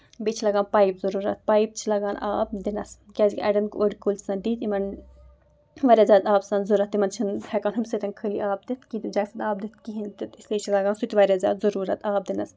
بیٚیہِ چھِ لگان پَیپ ضروٗرت پَیِپ چھِ لگان آب دِنَس کیازِ کہِ اَڑین أڈۍ کُلۍ چھِ آسان تِتھۍ یِمن واریاہ زیادٕ آب چھُ آسان ضرورت تِمن چھِنہٕ ہیٚکان صرف ہُمہِ سۭتۍ خٲلی آب دِتھ کِہینۍ تہِ اس لیے چھُ لگان سُہ تہِ واریاہ زیادٕ ضروٗرت آب دِنَس